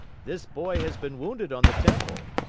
this boy has been wounded on the temple.